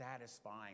satisfying